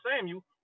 Samuel